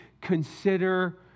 consider